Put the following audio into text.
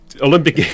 Olympic